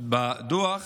בדוח